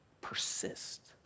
persist